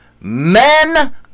men